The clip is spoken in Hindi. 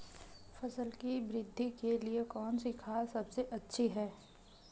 फसल की वृद्धि के लिए कौनसी खाद सबसे अच्छी है?